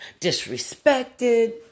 disrespected